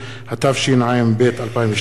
התשע"ב 2012,